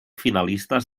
finalistes